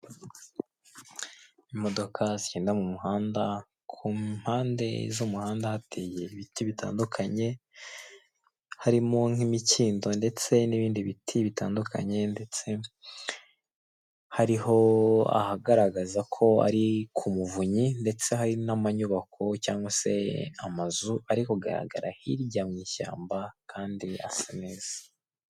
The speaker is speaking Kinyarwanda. Imodoka nyinshi ziri kugenda muri kaburimbo. Imodoka iri mbere y'izindi zose ni ndende cyane kandi ifite ibara ry'umweru. Mu mpande z'umuhanda hari ibiti, na byo birebire.